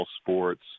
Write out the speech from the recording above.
sports